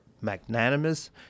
magnanimous